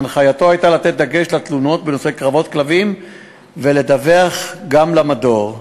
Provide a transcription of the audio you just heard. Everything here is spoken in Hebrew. הנחייתו הייתה לשים דגש בתלונות בנושא קרבות כלבים ולדווח גם למדור.